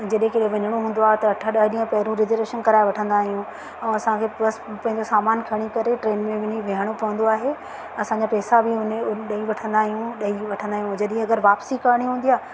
जेॾाहुं केॾाहुं वञिणो हूंदो आहे त अठ ॾह ॾींहं पहिरों रिजर्वेशन कराए वठंदा आहियूं ऐं असांखे प्लस पंहिंजो सामान खणी करे ट्रेन में वञी वेहणो पवंदो आहे असांजा पैसा बि उनी उन ॾेई वठंदा आहियूं ॾेई वठंदा आहियूं जॾहिं अगरि वापसी करिणी हूंदी आहे